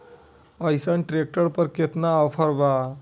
अइसन ट्रैक्टर पर केतना ऑफर बा?